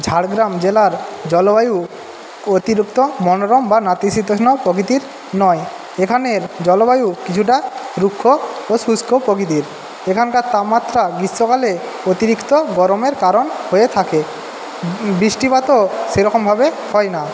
ঝাড়গ্রাম জেলার জলবায়ু অতিরিক্ত মনোরম বা নাতিশীতোষ্ণ প্রকৃতির নয় এখানের জলবায়ু কিছুটা রুক্ষ ও শুস্ক প্রকৃতির এখানকার তাপমাত্রা গ্রীষ্মকালে অতিরিক্ত গরমের কারণ হয়ে থাকে বৃষ্টিপাতও সেরকমভাবে হয় না